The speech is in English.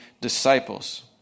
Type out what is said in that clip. disciples